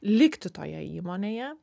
likti toje įmonėje